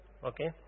Okay